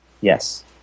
Yes